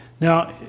Now